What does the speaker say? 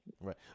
Right